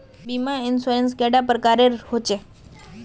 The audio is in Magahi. बीमा इंश्योरेंस कैडा प्रकारेर रेर होचे